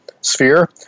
sphere